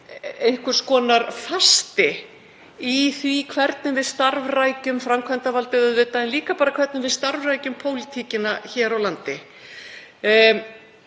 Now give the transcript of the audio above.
einhvers konar fasti í því hvernig við starfrækjum framkvæmdarvaldið en líka bara hvernig við starfrækjum pólitíkina hér á landi.